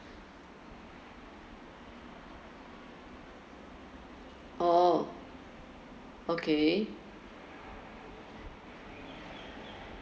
orh okay